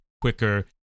quicker